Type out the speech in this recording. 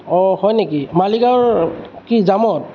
অঁ হয় নেকি মালিগাঁৱৰ কি জামত